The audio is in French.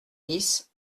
dix